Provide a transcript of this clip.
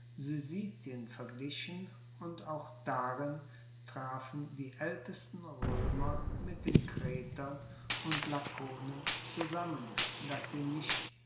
syssitien verglichen und auch darin trafen die aeltesten roemer mit den kretern und lakonen zusammen dass sie nicht